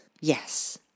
Yes